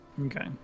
Okay